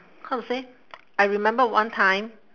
how to say I remember one time